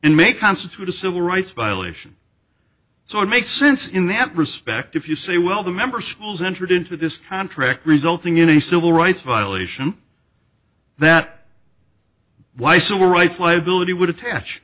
and may constitute a civil rights violation so it makes sense in that respect if you say well the member schools entered into this contract resulting in a civil rights violation that why civil rights label it would attach